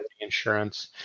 insurance